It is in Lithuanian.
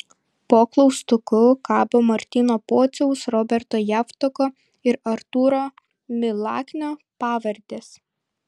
po klaustuku kabo martyno pociaus roberto javtoko ir artūro milaknio pavardės